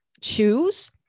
choose